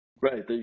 Right